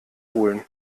holen